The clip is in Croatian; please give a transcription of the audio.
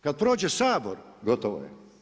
Kad prođe Sabor, gotovo je.